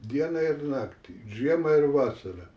dieną ir naktį žiemą ir vasarą